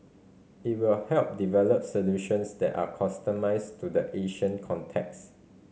it will help develop solutions that are customised to the Asian context